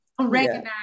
Recognize